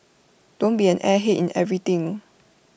don't be an airhead in everything